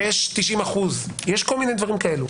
יש 90%. כל מיני דברים כאלה.